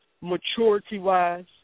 maturity-wise